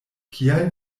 kial